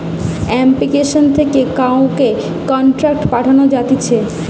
application থেকে কাউকে contact পাঠানো যাতিছে